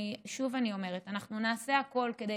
שוב אני אומרת: אנחנו נעשה הכול כדי